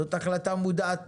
זו החלטה מודעת